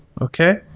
Okay